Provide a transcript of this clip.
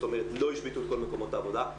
זאת אומרת לא השביתו את כל מקומות העבודה.